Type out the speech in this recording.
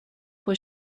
was